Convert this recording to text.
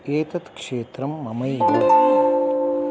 एतत् क्षेत्रं ममैव